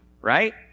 right